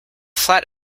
flat